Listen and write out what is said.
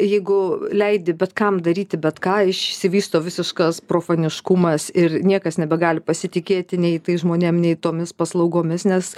jeigu leidi bet kam daryti bet ką išsivysto visiškas profaniškumas ir niekas nebegali pasitikėti nei tais žmonėm nei tomis paslaugomis nes